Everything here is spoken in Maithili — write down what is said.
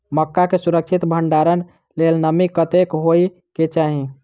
मक्का केँ सुरक्षित भण्डारण लेल नमी कतेक होइ कऽ चाहि?